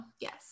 yes